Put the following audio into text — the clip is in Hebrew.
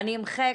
שאני אמחא